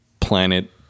planet